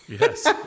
Yes